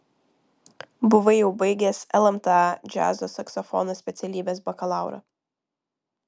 buvai jau baigęs lmta džiazo saksofono specialybės bakalaurą